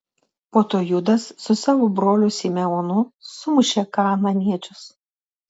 po to judas su savo broliu simeonu sumušė kanaaniečius